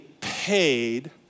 paid